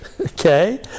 okay